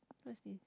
what's this